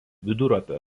vidurupio